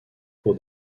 pour